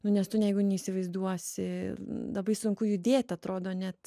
nu nes tu neigu neįsivaizduosi labai sunku judėt atrodo net